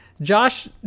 Josh